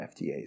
FTAs